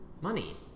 Money